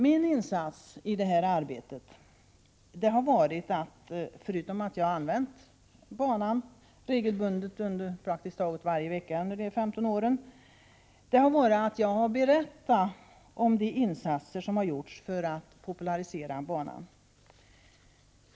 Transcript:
Min insats i det här arbetet har varit — förutom att jag använt banan praktiskt taget varje vecka under de här 15 åren — att jag berättat om de insatser som gjorts för att popularisera banan.